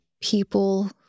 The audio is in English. people